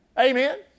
Amen